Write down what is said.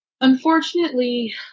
unfortunately